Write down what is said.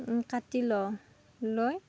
কাটি লওঁ লৈ